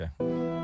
okay